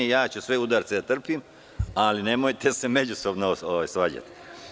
Sve ću udarce da trpim, ali nemojte se međusobno svađati.